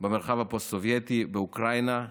במרחב הפוסט-סובייטי באוקראינה.